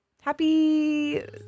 happy